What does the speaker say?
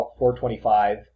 425